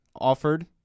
offered